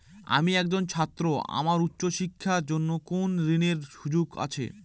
আমি একজন ছাত্র আমার উচ্চ শিক্ষার জন্য কোন ঋণের সুযোগ আছে?